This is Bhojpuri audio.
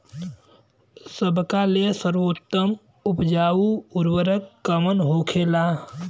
सबका ले सर्वोत्तम उपजाऊ उर्वरक कवन होखेला?